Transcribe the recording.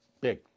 Big